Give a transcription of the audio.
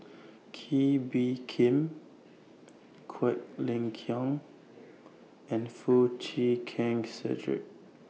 Kee Bee Khim Quek Ling Kiong and Foo Chee Keng Cedric